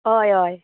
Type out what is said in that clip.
हय हय